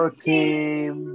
team